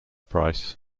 price